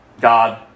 God